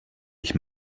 ich